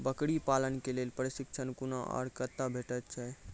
बकरी पालन के लेल प्रशिक्षण कूना आर कते भेटैत छै?